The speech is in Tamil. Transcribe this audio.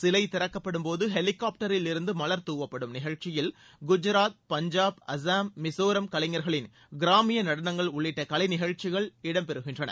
சிலை திறக்கப்படும் போது ஹெலிக்காப்டரில் இருந்து மலர் தூவப்படும் நிகழ்ச்சியில் குஜராத் பஞ்சாப் அசாம் மிசோரம் கலைஞர்களின் கிராமிய நடணங்கள் உள்ளிட்ட கலை நிகழ்ச்சிகள் இடம் பெறுகின்றன